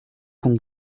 com